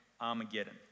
Armageddon